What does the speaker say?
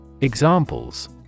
Examples